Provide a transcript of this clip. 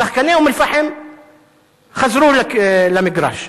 שחקני אום-אל-פחם חזרו למגרש.